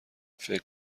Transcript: فکر